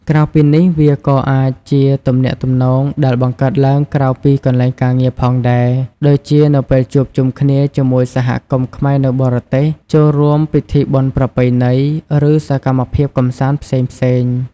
ក្រៅពីនេះ វាក៏អាចជាទំនាក់ទំនងដែលបង្កើតឡើងក្រៅពីកន្លែងការងារផងដែរ ដូចជានៅពេលជួបជុំគ្នាជាមួយសហគមន៍ខ្មែរនៅបរទេស ចូលរួមពិធីបុណ្យប្រពៃណី ឬសកម្មភាពកម្សាន្តផ្សេងៗ ។